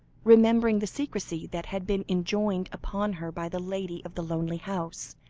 remembering the secrecy that had been enjoined upon her by the lady of the lonely house,